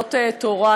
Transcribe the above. לומדות תורה.